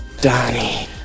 Donnie